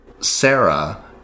Sarah